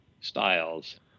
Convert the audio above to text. styles